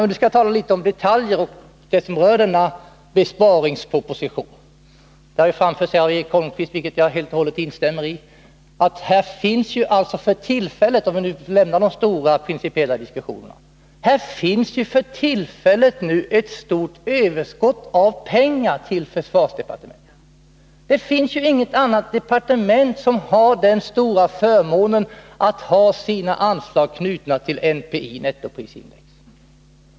Låt mig sedan tala litet om detaljer och sådant som rör denna besparingsproposition och lämna de stora principiella frågorna. Det har framförts av Eric Holmqvist — och jag kan helt och hållet instämma i det — att det för tillfället finns ett stort överskott av pengar inom försvarsdepartementet. Det finns inget annat departement som har den stora förmånen att ha anslagen knutna till nettoprisindex.